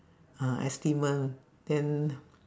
ah then